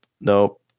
Nope